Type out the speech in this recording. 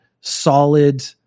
solid